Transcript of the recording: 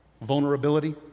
vulnerability